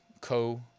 Co